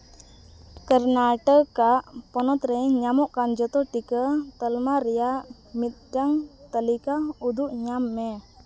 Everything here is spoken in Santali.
ᱠᱚᱨᱱᱟᱴᱚᱠᱟ ᱯᱚᱱᱚᱛ ᱨᱮ ᱧᱟᱢᱚᱜ ᱠᱟᱱ ᱡᱚᱛᱚ ᱴᱤᱠᱟᱹ ᱛᱟᱞᱢᱟ ᱨᱮᱭᱟᱜ ᱢᱤᱫᱴᱟᱱ ᱛᱟᱹᱞᱤᱠᱟ ᱩᱫᱩᱜ ᱧᱟᱢ ᱢᱮ